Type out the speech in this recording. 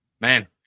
Man